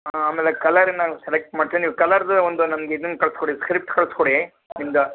ಹಾಂ ಆಮೇಲೆ ಕಲರ್ ನಾನು ಸೆಲೆಕ್ಟ್ ಮಾಡ್ತಿನಿ ನೀವು ಕಲ್ಲರ್ದ್ದು ಒಂದು ನನಗೆ ಇದನ್ನ ಕಳ್ಸಿ ಕೊಡಿ ಸ್ಕ್ರಿಪ್ಟ್ ಕಳ್ಸಿ ಕೊಡಿ ನಿಮ್ಮದ